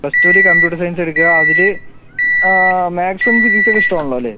plus ടുവിൽ computer science എടുക്കുക അതിൽ മാത്സും ഫിസിക്സ് ഒക്കെ ഇഷ്ടമാണല്ലോ അല്ലേ